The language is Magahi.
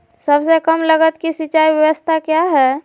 सबसे कम लगत की सिंचाई ब्यास्ता क्या है?